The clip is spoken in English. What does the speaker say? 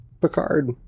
Picard